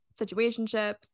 situationships